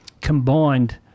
combined